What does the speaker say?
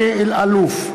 אלי אלאלוף,